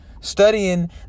studying